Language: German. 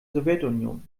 sowjetunion